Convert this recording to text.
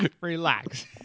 relax